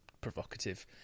provocative